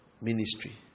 ministry